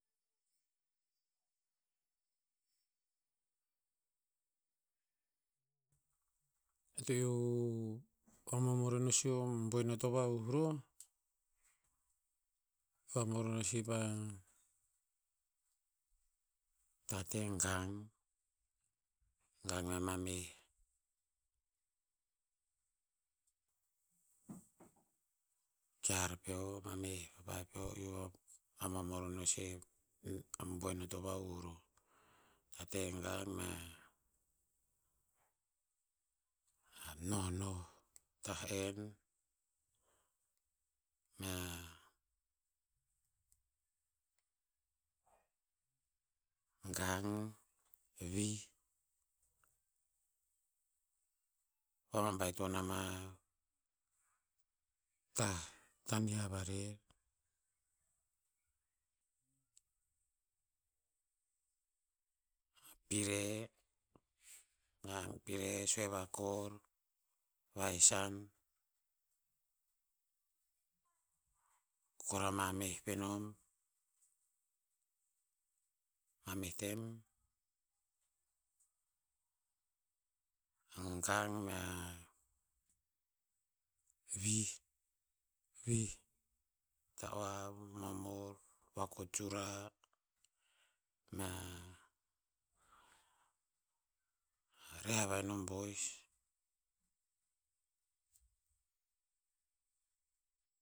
Eo to iu vamomor ino si o boen eo to vahuh roh, vamomor si pah tate gang, gang mea mameh kear peo. Mameh eo vamomor ino si a boen eo to vahuh roh. Tate gang mea, a nohnoh tah en. Mea, gang, vih, vababaiton ama tah tanih a varer. Pire, gang pire sue vakor. Vahesan. Kor a mameh pe nom. Mameh tem, gang mea vih, vih ta'oav momor vakot sura mea reh avai no boi.